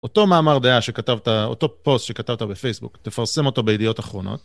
אותו מאמר דעה שכתבת, אותו פוסט שכתבת בפייסבוק, תפרסם אותו בידיעות אחרונות...